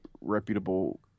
reputable